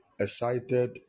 excited